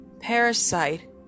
Parasite